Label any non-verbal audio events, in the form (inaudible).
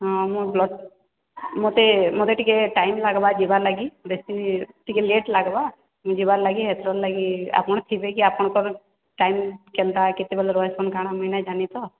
ହଁ ମୁଁ (unintelligible) ମୋତେ ଟିକେ ଟାଇମ୍ ଲାଗ୍ବା ଯିବାର ଲାଗି ବେଶୀ ଟିକେ ଲେଟ୍ ଲାଗ୍ବା ଯିବାର୍ ଲାଗି ହେଥିର୍ ଲାଗି ଆପଣ ଥିବେ କି ଆପଣଙ୍କର ଟାଇମ୍ କେନ୍ତା କେତେବେଳେ ରହୁଛନ୍ ମୁଇଁ ନାଇଁ ଜାନି ତ